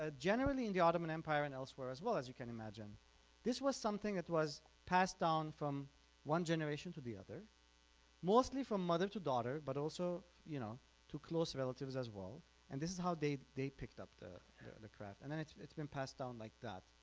ah generally in the ottoman empire and elsewhere as well as you can imagine this was something that was passed down from one generation to the other mostly from mother to daughter but also you know to close relatives as well and this is how they they picked up the craft and and it's it's been passed down like that.